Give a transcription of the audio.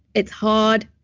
it's hard.